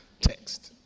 text